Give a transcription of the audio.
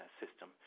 system